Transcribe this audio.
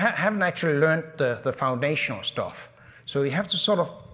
haven't actually learned the the foundational stuff so we have to sort of.